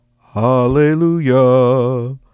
Hallelujah